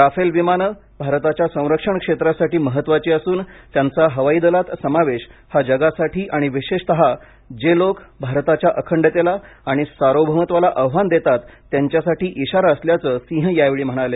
Rafale विमानं भारताच्या संरक्षण क्षेत्रासाठी महत्त्वाची असून त्यांचा हवाई दलात समावेश हा जगासाठी आणि विशेषत जे लोक भारताच्या अखंडतेला आणि सार्वभौमत्वाला आव्हान देतात त्यांच्यासाठी इशारा असल्याचं सिंह यावेळी म्हणाले